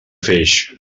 feix